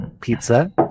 pizza